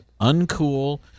uncool